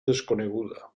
desconeguda